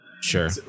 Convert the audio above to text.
Sure